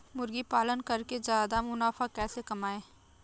मुर्गी पालन करके ज्यादा मुनाफा कैसे कमाएँ?